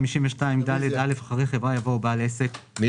אני